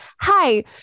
Hi